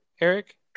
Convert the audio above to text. Eric